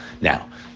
Now